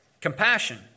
compassion